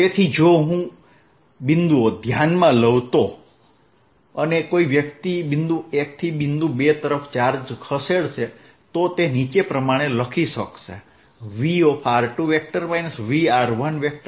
તેથી જો હું બિંદુઓ ધ્યાનમાં લઉ તો અને કોઈ વ્યક્તિ બિંદુ 1 થી બિંદુ 2 તરફ ચાર્જ ખસેડશે તો તે નીચે પ્રમાણે લખી શકાશે Vr2 V 12E